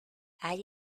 hay